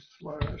slash